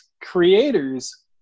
creators